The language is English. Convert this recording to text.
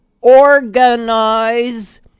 organize